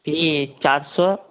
ticket চারশো